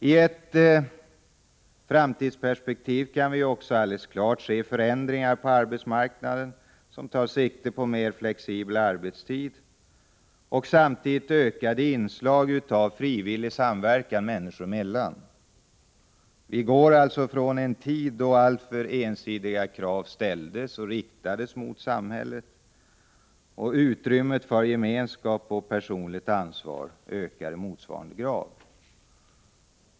I ett framtidsperspektiv kan vi också klart se förändringar på arbetsmarknaden som tar sikte på en mer flexibel arbetstid och samtidigt ökade inslag av frivillig samverkan människor emellan. Vi går alltså från en tid då alltför ensidiga krav riktades mot samhället, och utrymmet för gemenskap och personligt ansvar ökar i motsvarande grad.